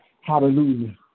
Hallelujah